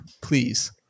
Please